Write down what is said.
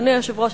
אדוני היושב-ראש,